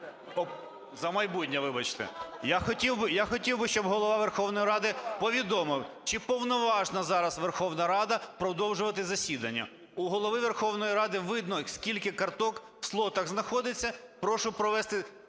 "За майбутнє", вибачте. Я хотів би, я хотів би, щоб Голова Верховної Ради повідомив, чи повноважна зараз Верховна Рада продовжувати засідання. У Голови Верховної Ради видно, скільки карток в слотах знаходиться. Прошу провести